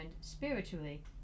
spiritually